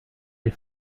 des